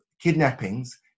kidnappings